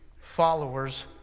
followers